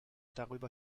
darüber